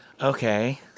Okay